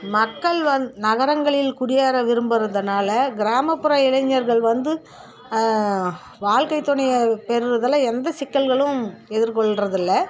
மக்கள் வந் நகரங்களில் குடியேற விரும்புகிறதுனால கிராமப்புற இளைஞர்கள் வந்து வாழ்க்கை துணையை பெறுவதுல எந்த சிக்கல்களும் எதிர் கொள்ளுறதில்ல